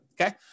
Okay